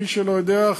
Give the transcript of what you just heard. למי שלא יודע,